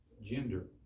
gender